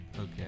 Okay